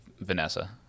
vanessa